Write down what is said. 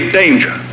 danger